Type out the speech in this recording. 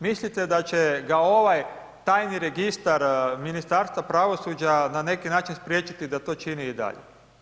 Mislite da će ga ovaj tajni registar Ministarstva pravosuđa na neki način priječiti da to čini i dalje?